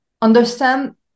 understand